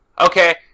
Okay